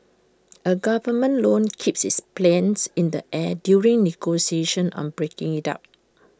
A government loan keeps its planes in the air during negotiations on breaking IT up